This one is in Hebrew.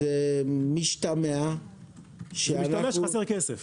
אז משתמע -- משתמע שחסר כסף.